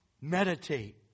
Meditate